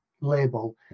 label